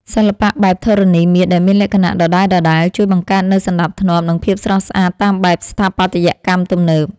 សិល្បៈបែបធរណីមាត្រ ដែលមានលក្ខណៈដដែលៗ ជួយបង្កើតនូវសណ្ដាប់ធ្នាប់ និងភាពស្រស់ស្អាតតាមបែបស្ថាបត្យកម្មទំនើប។